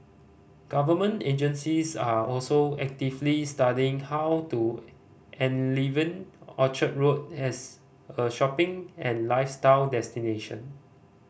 government agencies are also actively studying how to enliven Orchard Road as a shopping and lifestyle destination